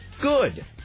good